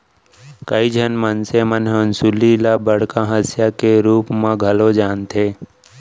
कइ झन मनसे मन हंसुली ल बड़का हँसिया के रूप म घलौ जानथें